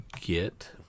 get